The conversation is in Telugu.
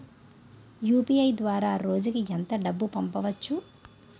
యు.పి.ఐ ద్వారా రోజుకి ఎంత డబ్బు పంపవచ్చు?